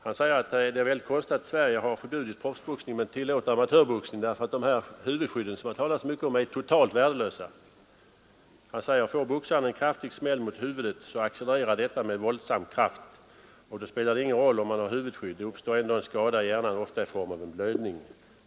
Han kunde inte förstå att man i Sverige förbjudit proffsboxning men tillåter amatörboxning därför att de huvudskydd som det talas så mycket om är totalt värdelösa. Han säger: ”Får boxaren en kraftig smäll mot huvudet, så accelererar detta med våldsam kraft. Då spelar det ingen roll om man har huvudskydd, det uppstår ändå en skada i hjärnan, ofta i form av en blödning.